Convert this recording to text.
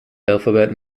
alphabet